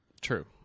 True